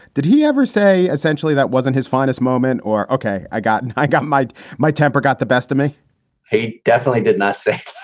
did he ever say essentially that wasn't his finest moment or. ok, i got an i got my my temper got the best of me he definitely did not say